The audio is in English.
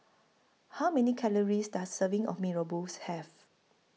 How Many Calories Does A Serving of Mee Rebus Have